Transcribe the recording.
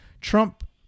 Trump